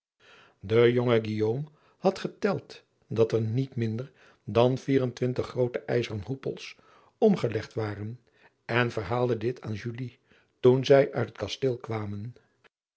e jonge had geteld dat er niet minder dan vier en twintig groote ijzeren hoepels om gelegd waren en verhaalde dit aan toen zij uit het kasteel kwamen